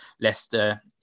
Leicester